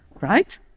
right